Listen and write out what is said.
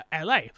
LA